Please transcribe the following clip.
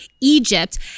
Egypt